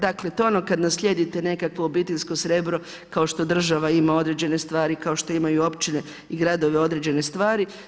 Dakle, to je ono kad naslijedite nekakvo obiteljsko srebro kao što država ima određene stvari, kao što imaju općine i gradovi određene stvari.